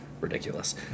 ridiculous